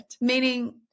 meaning